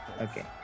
okay